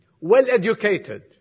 Well-educated